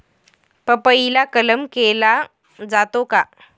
पपईला कलम केला जातो का?